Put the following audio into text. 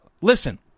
listen